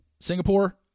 Singapore